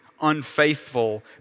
unfaithful